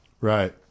Right